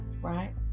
right